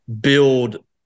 build